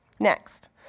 Next